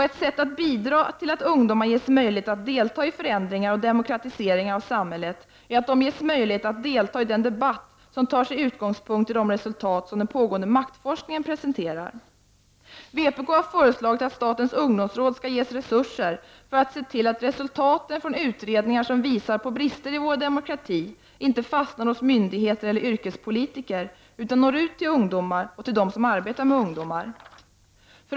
Ett sätt att bidra till att ungdomar ges möjlighet att delta i förändringar och demokratiseringar av samhället är att de ges möjlighet att delta i den debatt som tar sin utgångspunkt i de resultat som den pågående maktforskningen presenterar. Vpk föreslår att statens ungdomsråd skall ges resurser för att se till att resultaten från utredningar som visar på brister i vår demokrati inte fastnar hos myndigheter eller yrkespolitiker, utan att dessa resultat når ut till ungdomar och till dem som arbetar med ungdomar.